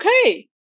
okay